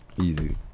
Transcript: Easy